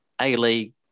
A-League